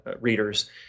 readers